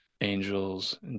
angels